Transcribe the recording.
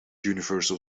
universal